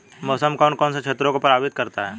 मौसम कौन कौन से क्षेत्रों को प्रभावित करता है?